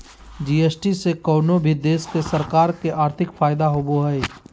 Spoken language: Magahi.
जी.एस.टी से कउनो भी देश के सरकार के आर्थिक फायदा होबो हय